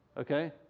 Okay